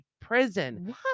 prison